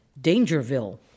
Dangerville